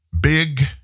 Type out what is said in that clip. Big